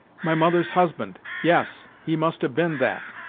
my mother's husband! yes, he must have been that,